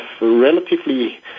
relatively